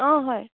অঁ হয়